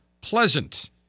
pleasant